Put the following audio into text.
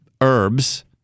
herbs